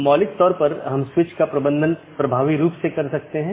या एक विशेष पथ को अमान्य चिह्नित करके अन्य साथियों को विज्ञापित किया जाता है